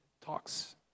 talks